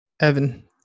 Evan